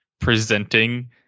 presenting